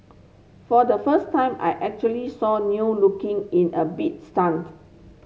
for the first time I actually saw looking in a bit stunned